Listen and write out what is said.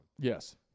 Yes